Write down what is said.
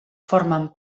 formen